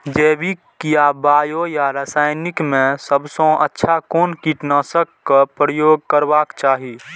जैविक या बायो या रासायनिक में सबसँ अच्छा कोन कीटनाशक क प्रयोग करबाक चाही?